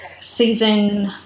Season